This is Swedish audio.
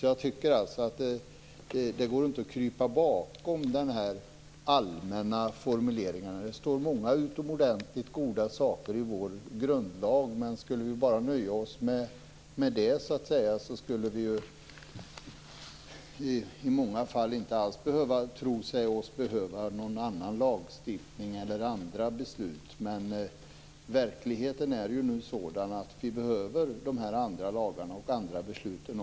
Jag tycker alltså att det inte går att krypa bakom de allmänna formuleringarna. Det står många utomordentligt goda saker i vår grundlag. Skulle vi nöja oss enbart med det skulle vi i många fall inte alls behöva någon annan lagstiftning eller några andra beslut. Men verkligheten är nu sådan att vi behöver de andra lagarna och de andra besluten.